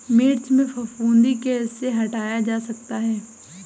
मिर्च में फफूंदी कैसे हटाया जा सकता है?